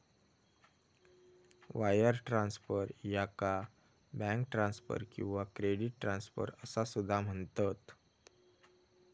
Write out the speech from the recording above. wire transfer, याका bank transfer किंवा credit transfer असा सुद्धा म्हणतत